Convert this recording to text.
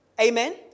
Amen